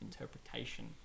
interpretation